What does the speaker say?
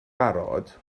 barod